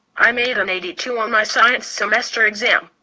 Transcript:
i made an eighty two on my science semester exam.